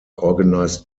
organized